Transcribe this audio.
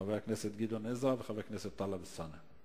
גם חבר הכנסת גדעון עזרא וגם חבר הכנסת טלב אלסאנע.